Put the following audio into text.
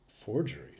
forgery